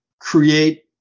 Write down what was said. create